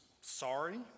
sorry